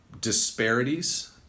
disparities